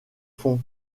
font